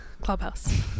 Clubhouse